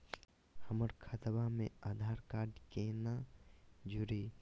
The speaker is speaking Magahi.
हमर खतवा मे आधार कार्ड केना जुड़ी?